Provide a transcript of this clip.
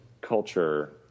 culture